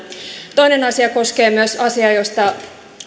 toinen asia koskee myös asiaa josta